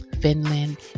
Finland